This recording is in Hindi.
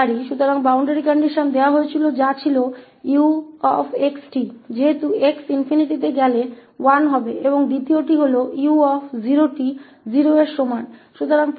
तो सीमा की शर्तें दी गई थीं एक 𝑢𝑥𝑡 था क्योंकि x ∞ पर जाता 1 है और दूसरा 𝑢0𝑡 0 के बराबर है